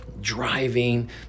driving